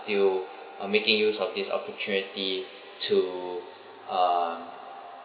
still are making use of this opportunity to uh